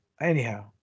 Anyhow